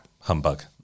humbug